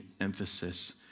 emphasis